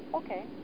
okay